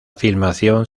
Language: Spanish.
filmación